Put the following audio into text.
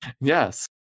yes